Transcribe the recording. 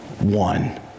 one